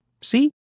See